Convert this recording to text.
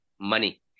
money